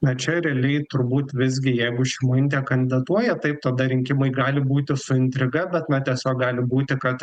na čia realiai turbūt visgi jeigu šimonytė kandidatuoja tai tada rinkimai gali būti su intriga bet na tiesiog gali būti kad